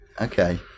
Okay